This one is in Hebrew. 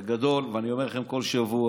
בגדול, ואני אומר לכם כל שבוע: